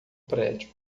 prédio